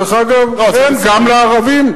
דרך אגב, כן, גם לערבים.